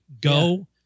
Go